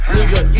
Nigga